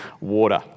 water